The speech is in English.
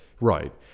Right